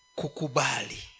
kukubali